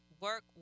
work